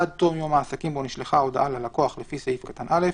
עד תום יום העסקים בו נשלחה ההודעה ללקוח לפי סעיף קטן (א),